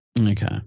Okay